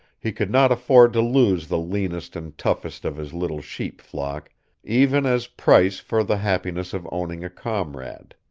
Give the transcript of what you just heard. he could not afford to lose the leanest and toughest of his little sheep flock even as price for the happiness of owning a comrade.